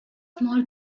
small